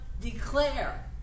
declare